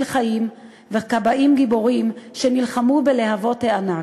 חיים וכבאים גיבורים שנלחמו בלהבות הענק,